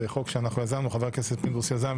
זה חוק שאנחנו יזמנו, חבר הכנסת פינדרוס יזם.